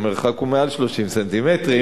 המרחק הוא יותר מ-30 סנטימטרים,